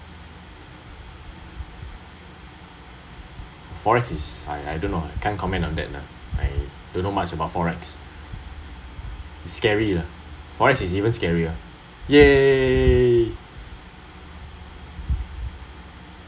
FOREX is I I don’t know I can’t comment on that lah I don’t know much about FOREX it's scary lah FOREX is even scary lah !yay!